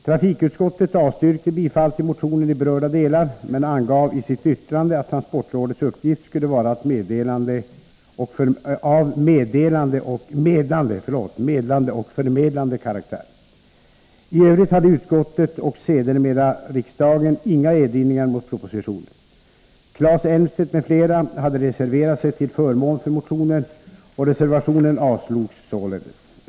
Trafikutskottet avstyrkte bifall till motionen i berörda delar men angav i sitt yttrande att transportrådets uppgift skulle vara av medlande och förmedlan de karaktär. I övrigt hade utskottet — och sedermera riksdagen — inga erinringar mot propositionen. Claes Elmstedt m.fl. hade reserverat sig till förmån för motionen, och reservationen avslogs således.